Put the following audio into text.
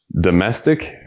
domestic